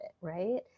right